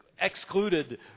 excluded